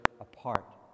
apart